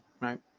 right